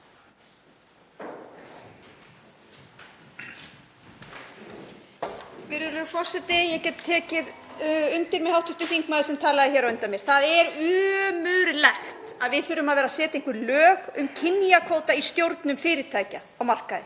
Virðulegur forseti. Ég get tekið undir með hv. þingmanni sem talaði á undan mér. Það er ömurlegt að við þurfum að vera að setja lög um kynjakvóta í stjórnum fyrirtækja á markaði.